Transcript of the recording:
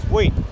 Wait